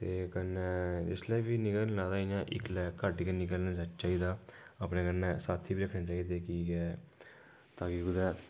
ते कन्नै इसलै बी निकलना इ'यां इक्कलै घट्ट गै निकलाना चाहिदा अपने कन्नै साथी बी रक्खने चाहिदे की के तां कि कुदै